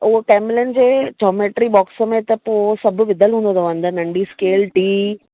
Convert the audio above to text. त उहो कैमलिन जे जोमेट्री बॉक्स में त पोइ सभु विधल हूंदो अथव अंदरु नंढी स्केल टी